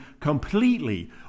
completely